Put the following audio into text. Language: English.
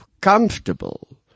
comfortable